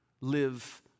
live